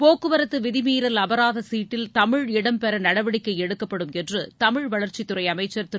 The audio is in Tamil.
போக்குவரத்து விதிமீறல் அபராத சீட்டில் தமிழ் இடம்பெற நடவடிக்கை எடுக்கப்படும் என்று தமிழ் வளர்ச்சித் துறை அமைச்சர் திரு